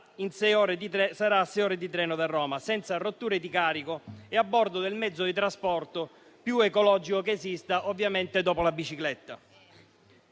a sei ore di treno da Roma senza rotture di carico e a bordo del mezzo di trasporto più ecologico che esista, ovviamente dopo la bicicletta.